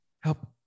Help